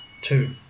two